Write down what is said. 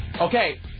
Okay